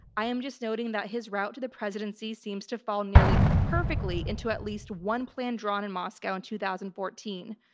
i am just noting that his route to the presidency seems to fall nearly perfectly into at least one plan drawn in moscow in two thousand and fourteen.